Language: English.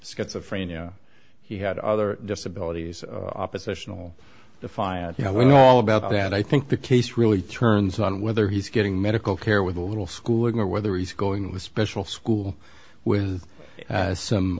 schizophrenia he had other disabilities oppositional defiant you know we know all about that i think the case really turns on whether he's getting medical care with a little schooling or whether he's going with special school with some